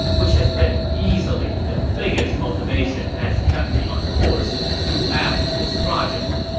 which has been easily the biggest motivation that has kept me on course throughout this project.